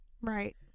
Right